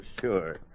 sure